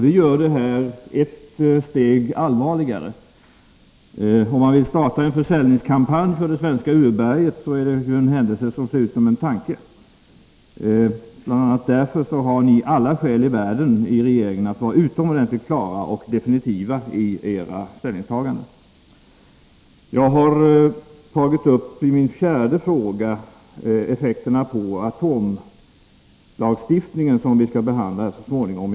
Detta gör denna sak ett steg allvarligare. Vill man starta en försäljningskampanj för det svenska urberget, är det en händelse som ser ut som en tanke. BI. a. därför har ni i regeringen alla skäl i världen att vara utomordentligt klara och definitiva i era ställningstaganden. I min fjärde fråga har jag tagit upp effekterna på det förslag till ny atomlagstiftning som vi så småningom skall behandla.